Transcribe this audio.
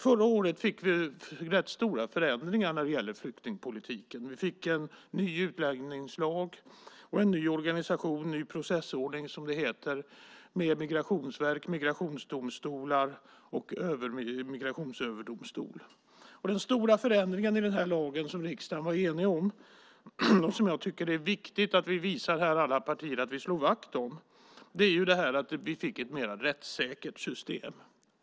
Förra året fick vi rätt stora förändringar när det gäller flyktingpolitiken. Vi fick en ny utlänningslag och en ny organisation och processordning med Migrationsverket, migrationsdomstolar och Migrationsöverdomstolen. Den stora förändringen i den här lagen, som riksdagen var enig om och som jag tycker att det är viktigt att alla partier här i riksdagen visar att vi slår vakt om, var att vi fick ett mer rättssäkert system.